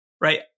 right